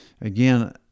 Again